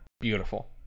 Beautiful